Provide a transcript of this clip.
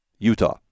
Utah